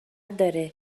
داره